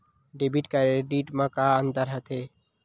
Debit credit मा का अंतर होत हे?